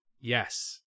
Yes